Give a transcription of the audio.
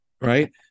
right